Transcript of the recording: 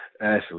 Ashley